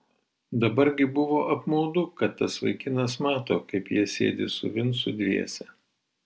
dabar gi buvo apmaudu kad tas vaikinas mato kaip jie sėdi su vincu dviese